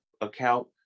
account